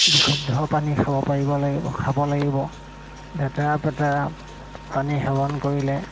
বিশুদ্ধ পানী খাব পাৰিব লাগিব খাব লাগিব লেতেৰা পেতেৰা পানী সেৱন কৰিলে